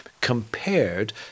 compared